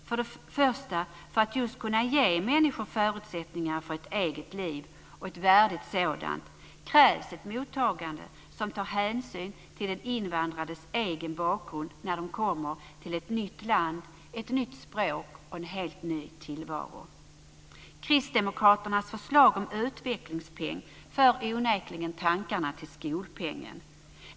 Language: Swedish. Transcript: För att först och främst kunna ge människor förutsättningar för ett eget liv och ett värdigt sådant krävs ett mottagande som tar hänsyn till de invandrades egen bakgrund när de kommer till ett nytt land, ett nytt språk och en helt ny tillvaro. Kristdemokraternas förslag om utvecklingspeng för onekligen tankarna till skolpengen.